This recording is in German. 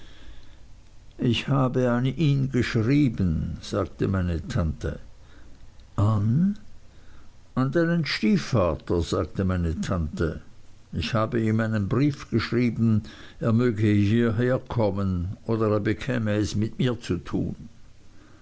ich habe an ihn geschrieben sagte meine tante an an deinen stiefvater sagte meine tante ich habe ihm einen brief geschrieben er möge hierherkommen oder er bekäme es mit mir zu tun